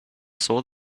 saw